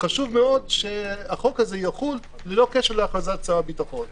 חשוב מאוד שהחוק הזה יחול ללא קשר להכרזת שר הביטחון.